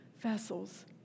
vessels